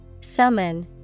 Summon